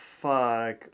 fuck